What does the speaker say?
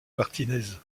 martinez